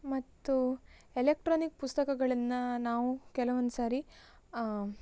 ಮತ್ತು ಎಲೆಕ್ಟ್ರಾನಿಕ್ ಪುಸ್ತಕಗಳನ್ನು ನಾವು ಕೆಲವೊಂದು ಸಾರಿ